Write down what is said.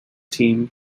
team